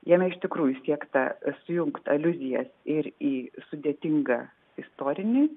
jame iš tikrųjų siekta sujungt aliuzijas ir į sudėtingą istorinį